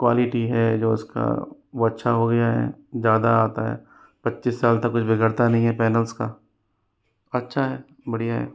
quality है जो उसका वह अच्छा हो गया है ज़्यादा आता है पच्चीस साल तक कुछ बिगड़ता नहीं है पैनल्स का अच्छा है बढ़िया है